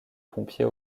pompier